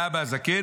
האבא הזקן,